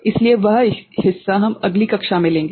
इसलिए वह हिस्सा हम अगली कक्षा में लेंगे